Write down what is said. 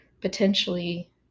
potentially